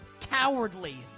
cowardly